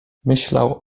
myślał